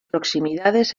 proximidades